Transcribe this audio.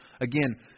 Again